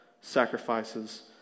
sacrifices